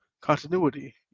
continuity